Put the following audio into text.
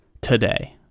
today